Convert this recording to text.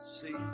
See